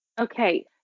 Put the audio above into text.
Okay